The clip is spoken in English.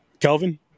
Kelvin